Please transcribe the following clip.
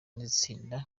n’itsinda